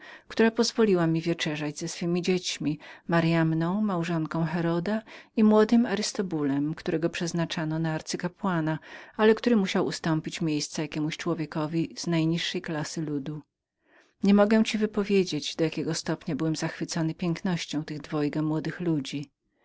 pozwoliła mi wieczerzać z jej dziećmi maryanną małżonką heroda i młodym arystobulem którego przeznaczano na arcykapłana ale który musiał ustąpić miejsca jakiemuś człowiekowi z najniższej klassy ludu nie mogę ci wypowiedzieć do jakiego stopnia byłem zachwycony pięknością tych dwojga młodych ludzi